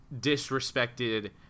disrespected